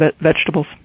vegetables